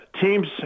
Teams